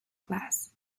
class